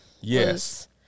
Yes